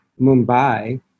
Mumbai